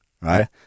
right